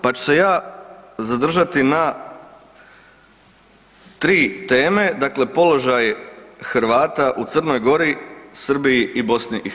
Pa ću se ja zadržati na 3 teme dakle položaj Hrvata u Crnoj Gori, Srbiji i BiH.